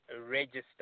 register